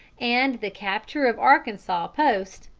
and the capture of arkansas post,